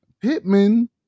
Pittman